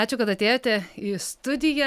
ačiū kad atėjote į studiją